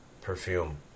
perfume